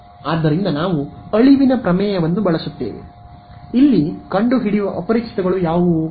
ಆದ್ದರಿಂದ ನಾವು ಅಳಿವಿನ ಪ್ರಮೇಯವನ್ನು ಬಳಸುತ್ತೇವೆಇಲ್ಲಿ ಕಂಡುಹಿಡಿಯುವ ಅಪರಿಚಿತಗಳು ಯಾವುವು